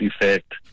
effect